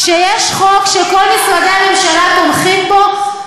כשיש חוק שכל משרדי הממשלה תומכים בו,